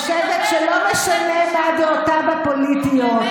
אני חושבת שלא משנה מה דעותיו הפוליטיות,